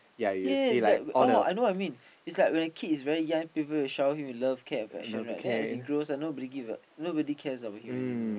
yes it's like oh I know I mean is like when a kid is very young people will shower him with love care and affection right then as he grows ah nobody will give a nobody cares about him anymore right